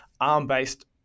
ARM-based